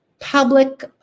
public